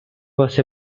was